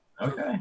Okay